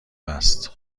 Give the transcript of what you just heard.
است